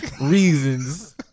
reasons